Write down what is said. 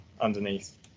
underneath